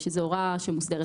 יש איזו הוראה שמוסדרת.